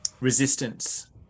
resistance